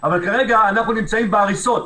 אבל כרגע אנחנו נמצאים בהריסות,